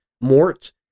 Mort